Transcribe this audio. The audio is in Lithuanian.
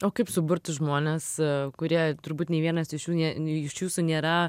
o kaip suburti žmones kurie turbūt nė vienas iš jų nė nei iš jūsų nėra